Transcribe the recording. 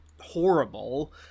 horrible